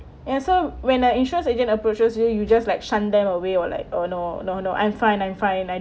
and so when a insurance agent approaches you you just like shun them away or like oh no no no I'm fine I'm fine I